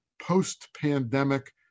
post-pandemic